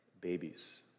babies